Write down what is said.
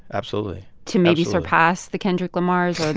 absolutely. to maybe surpass the kendrick lamars and